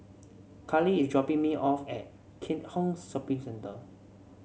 Kali is dropping me off at Keat Hong Shopping Centre